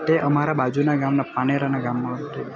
તે અમારા બાજુના ગામના પાનેરાનાં ગામનો છે